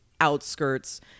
outskirts